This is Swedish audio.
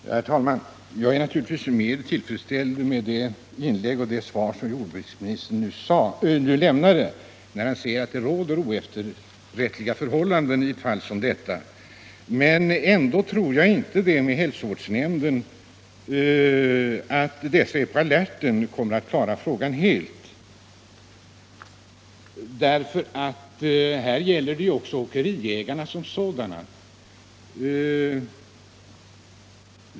Herr talman! Jag är naturligtvis mer tillfredsställd med det svar som jordbruksministern nu lämnade, när han sade att det råder oefterrättliga förhållanden i fall som detta. Ändå tror jag inte att hälsovårdsnämnderna är så på alerten att de kommer att klara frågan helt, för här gäller det också åkeriägarna som sådana.